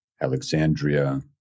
Alexandria